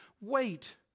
wait